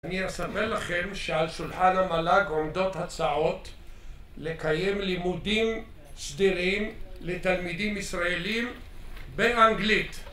אני אספר לכם שעל שולחן המל"ג עומדות הצעות, לקיים לימודים סדירים לתלמידים ישראלים באנגלית